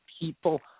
people